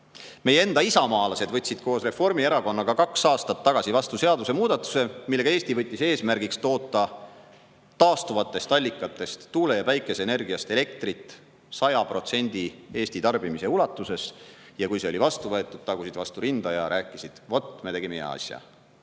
Meie enda isamaalased võtsid koos Reformierakonnaga kaks aastat tagasi vastu seadusemuudatuse, millega Eesti võttis eesmärgiks toota taastuvatest allikatest, tuule‑ ja päikeseenergiast elektrit 100% Eesti tarbimise ulatuses. Kui see oli vastu võetud, tagusid nad endale vastu rinda ja rääkisid: vot me tegime hea asja.